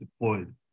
deployed